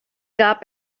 gab